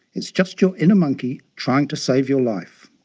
it's just your inner monkey trying to save your life.